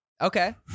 okay